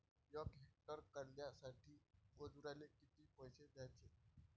यक हेक्टर कांद्यासाठी मजूराले किती पैसे द्याचे?